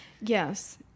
Yes